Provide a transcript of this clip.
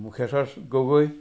Mukheswar Gogoi